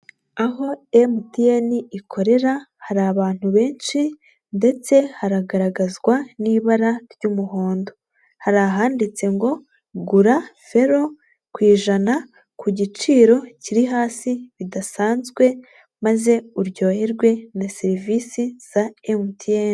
Aho emutiyeni ikorera hari abantu benshi ndetse hagaragazwa n'ibara ry'umuhondo, hari ahanditse ngo gura felo ku ijana ku giciro kiri hasi bidasanzwe maze uryoherwe na serivisi za emutiyeni.